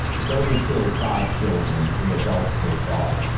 it's only killed five children and three adults so far!